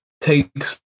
takes